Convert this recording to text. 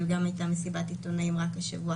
אבל הייתה מסיבת עיתונאים רק השבוע